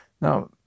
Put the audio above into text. Now